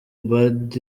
ubald